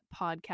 Podcast